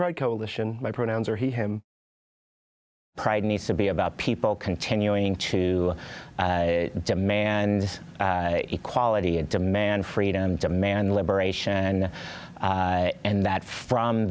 broad coalition by pronouns or he him pride needs to be about people continuing to demand and equality and demand freedom demand liberation and that from